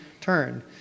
turn